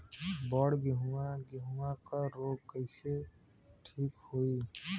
बड गेहूँवा गेहूँवा क रोग कईसे ठीक होई?